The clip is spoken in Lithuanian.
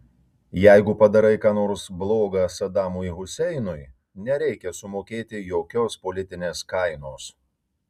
jeigu padarai ką nors bloga sadamui huseinui nereikia sumokėti jokios politinės kainos